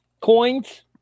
Coins